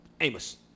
Amos